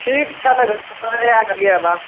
ठीक छै तऽ जल्दिए आबि जएबऽ